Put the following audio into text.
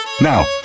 Now